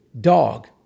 dog